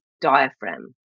diaphragm